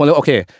okay